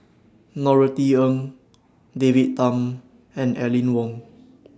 Norothy Ng David Tham and Aline Wong